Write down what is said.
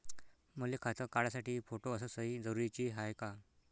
मले खातं काढासाठी फोटो अस सयी जरुरीची हाय का?